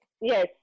Yes